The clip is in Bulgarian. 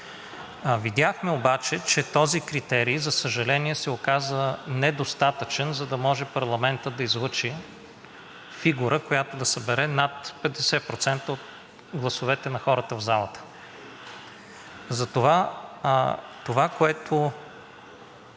Видяхме обаче, че този критерий, за съжаление, се оказа недостатъчен, за да може парламентът да излъчи фигура, която да събере над 50% от гласовете на хората в залата. Ето защо това, което